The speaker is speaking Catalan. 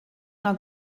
una